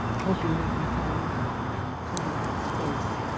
hoping we can find ah alternative space.